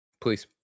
Please